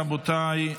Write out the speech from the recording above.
רבותיי,